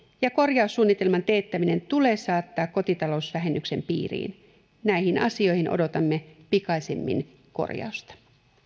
ja korjaussuunnitelman teettäminen tulee saattaa kotitalousvähennyksen piiriin näihin asioihin odotamme pikaisimmin korjausta kiitos